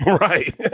Right